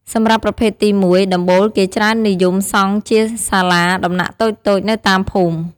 សម្រាប់ប្រភេទទី១ ដំបូលគេច្រើននិយមសង់ជាសាលាដំណាក់តូចៗនៅតាមភូមិ ។